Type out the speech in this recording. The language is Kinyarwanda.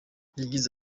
yagize